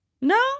No